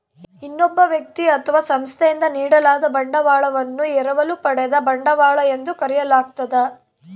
ಇನ್ನೊಬ್ಬ ವ್ಯಕ್ತಿ ಅಥವಾ ಸಂಸ್ಥೆಯಿಂದ ನೀಡಲಾದ ಬಂಡವಾಳವನ್ನು ಎರವಲು ಪಡೆದ ಬಂಡವಾಳ ಎಂದು ಕರೆಯಲಾಗ್ತದ